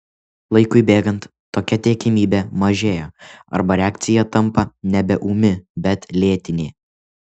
laikui bėgant tokia tikimybė mažėja arba reakcija tampa nebe ūmi bet lėtinė